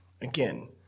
Again